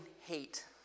hate